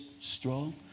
strong